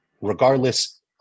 Regardless